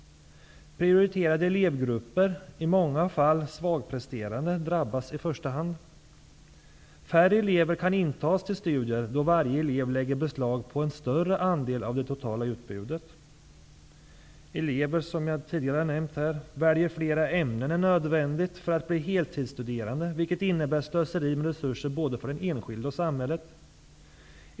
Prioriterade elevgrupper, i många fall svagpresterande, drabbas i första hand. Färre elever kan intas till studier, då varje elev lägger beslag på en större andel av det totala utbudet. Elever väljer, som jag tidigare nämnde, fler ämnen än nödvändigt för att bli heltidsstuderande, vilket innebär slöseri med resurser både för den enskilde och för samhället.